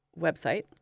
website